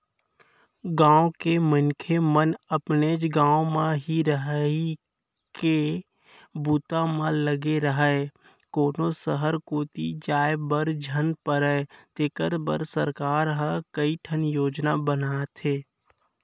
गाँव के मनखे मन अपनेच गाँव म ही रहिके बूता म लगे राहय, कोनो सहर कोती जाय बर झन परय तेखर बर सरकार ह कइठन योजना बनाथे